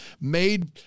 made